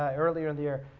ah earlier in the year,